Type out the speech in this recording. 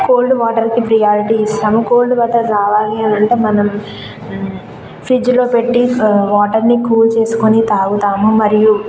cold వాటర్కి priority ఇస్తాము cold water రావాలి అని అంటే మనం ఫ్రిడ్జ్లో పెట్టి వాటర్ని కూల్ చేసుకుని తాగుతాము మరియు